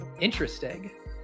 interesting